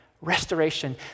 restoration